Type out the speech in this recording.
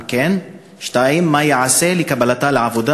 2. אם כן, מה ייעשה לקבלתה לעבודה